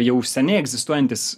jau seniai egzistuojantis